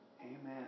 Amen